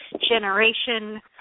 generation